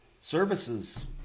services